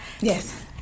Yes